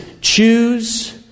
choose